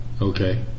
Okay